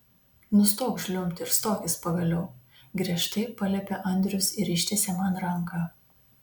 nustok žliumbti ir stokis pagaliau griežtai paliepė andrius ir ištiesė man ranką